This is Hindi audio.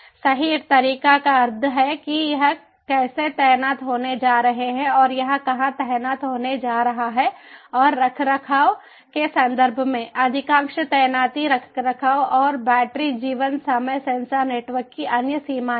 सही तरीके का अर्थ है कि यह कैसे तैनात होने जा रहा है और यह कहां तैनात होने जा रहा है और रखरखाव के संदर्भ में अधिकांश तैनाती रखरखाव और बैटरी जीवन समय सेंसर नेटवर्क की अन्य सीमाएं हैं